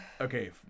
okay